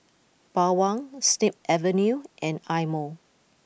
Bawang Snip Avenue and Eye Mo